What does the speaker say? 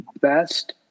best